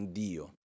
dio